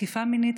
תקיפה מינית,